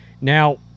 Now